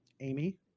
amy